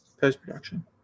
Post-production